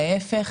להיפך.